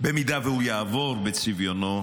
במידה והוא יעבור בצביונו,